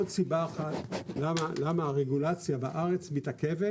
עוד סיבה אחת למה הרגולציה בארץ מתעכבת